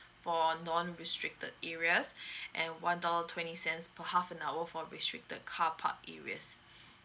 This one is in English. for non restricted areas and one dollar twenty cents per half an hour for restricted car park areas